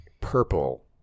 purple